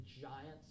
Giants